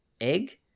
egg